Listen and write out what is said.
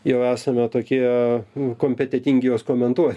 jau esame tokie kompetentingi juos komentuo